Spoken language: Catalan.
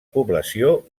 població